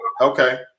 Okay